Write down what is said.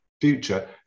future